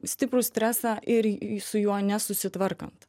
stiprų stresą ir su juo nesusitvarkant